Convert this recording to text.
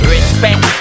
Respect